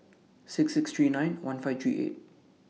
six six three nine one five three eight